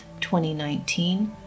2019